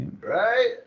Right